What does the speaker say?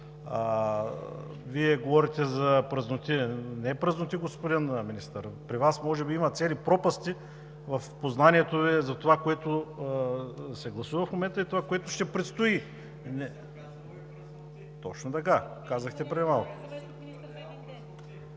Вие говорите за празноти. Не е празноти, господин Министър. При Вас може би има цели пропасти в познанието Ви за това, което се гласува в момента, и това, което ще предстои. МИНИСТЪР ДАНАИЛ КИРИЛОВ: